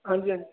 ਹਾਂਜੀ ਹਾਂਜੀ